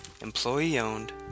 Employee-owned